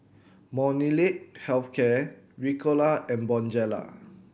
Molnylcke Health Care Ricola and Bonjela